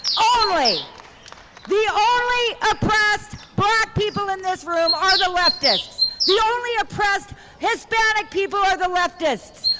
ah only. the only oppressed black people in this room are the leftists. the only oppressed hispanic people are the leftists.